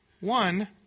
One